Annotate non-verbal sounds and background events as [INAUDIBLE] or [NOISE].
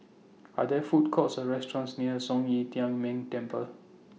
[NOISE] Are There Food Courts Or restaurants near Zhong Yi Tian Ming Temple